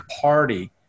party